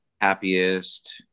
happiest